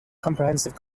comprehensive